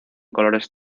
colores